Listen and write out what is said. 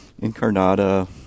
incarnata